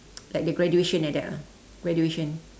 like the graduation like that ah graduation